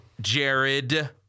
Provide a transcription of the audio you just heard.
Jared